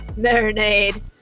marinade